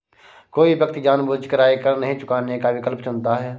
कोई व्यक्ति जानबूझकर आयकर नहीं चुकाने का विकल्प चुनता है